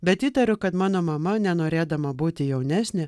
bet įtariu kad mano mama nenorėdama būti jaunesnė